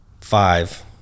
five